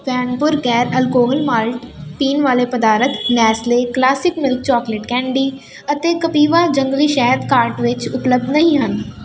van ਪੁਰ ਗੈਰ alcohol malt ਪੀਣ ਵਾਲੇ ਪਦਾਰਥ Nestle classic milk chocolate candy ਅਤੇ ਕਪਿਵਾ ਜੰਗਲੀ ਸ਼ਹਿਦ ਕਾਰਟ ਵਿੱਚ ਉਪਲਬਧ ਨਹੀਂ ਹਨ